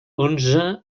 onze